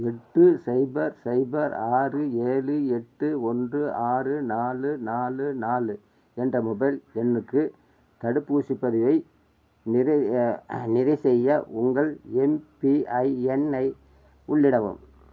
எட்டு சைபர் சைபர் ஆறு ஏழு எட்டு ஒன்று ஆறு நாலு நாலு நாலு என்ற மொபைல் எண்ணுக்கு தடுப்பூசிப் பதிவை நிறைவு நிறைவு செய்ய உங்கள் எம்பிஐஎன் ஐ உள்ளிடவும்